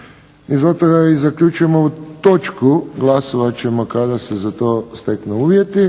I zato ja i zaključujem ovu točku. Glasovat ćemo kada se za to steknu uvjeti.